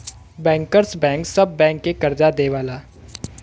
bankers bank सब bank के करजा देवला